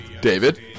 David